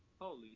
Holy